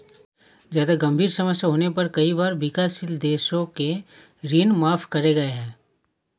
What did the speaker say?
जादा गंभीर समस्या होने पर कई बार विकासशील देशों के ऋण माफ करे गए हैं